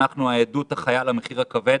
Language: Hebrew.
אנחנו העדות החיה למחיר הכבד